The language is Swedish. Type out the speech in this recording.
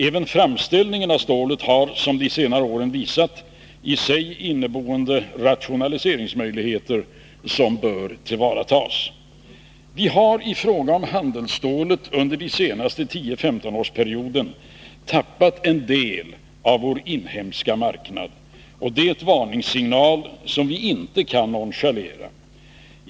Även framställningen av stålet har, som de senare åren visat, i sig inneboende rationaliseringsmöjligheter, som bör tillvaratas. Vi har i fråga om handelsstålet under den senaste 10-15-årsperioden tappat en del av vår inhemska marknad. Det är en varningssignal som vi inte kan nonchalera.